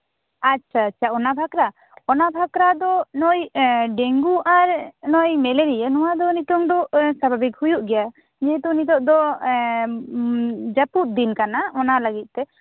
ᱟᱪᱪᱷᱟ ᱟᱪᱪᱷᱟ ᱚᱱᱟ ᱵᱷᱟᱠᱨᱟ ᱚᱱᱟ ᱵᱷᱟᱠᱨᱟ ᱫᱚ ᱱᱩᱭ ᱮᱸᱜ ᱰᱮᱝᱜᱩ ᱟᱨ ᱱᱩᱭ ᱢᱮᱞᱮᱨᱤᱭᱟᱹ ᱱᱚᱣᱟ ᱫᱚ ᱱᱤᱛᱳᱝ ᱫᱚ ᱥᱟᱵᱷᱟᱵᱤᱠ ᱦᱩᱭᱩᱜ ᱜᱮᱭᱟ ᱢᱤᱭᱟᱹ ᱛᱚ ᱱᱤᱛᱳᱜ ᱫᱚ ᱡᱟ ᱯᱩᱫ ᱫᱤᱱ ᱠᱟᱱᱟ ᱚᱱᱟ ᱞᱟ ᱜᱤᱫ ᱛᱮ